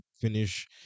finish